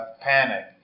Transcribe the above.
panic